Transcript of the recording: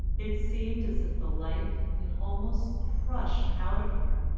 it seemed as if the life had been almost crushed out of her,